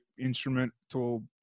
instrumental